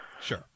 Sure